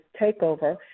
takeover